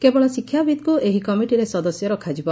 କେବଳ ଶିକ୍ଷାବିତ୍ଙ୍ଙ ଏହି କମିଟିରେ ସଦସ୍ୟ ରକ୍ଷାଯିବ